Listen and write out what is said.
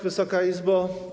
Wysoka Izbo!